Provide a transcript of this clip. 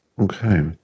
Okay